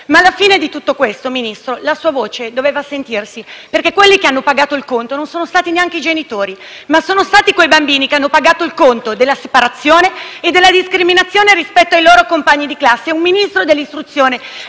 Ma alla fine di tutto questo, Ministro, la sua voce doveva sentirsi, perché quelli che hanno pagato il conto non sono stati neanche i genitori, ma sono stati quei bambini che hanno pagato il conto della separazione e della discriminazione rispetto ai loro compagni di classe e un Ministro dell'istruzione,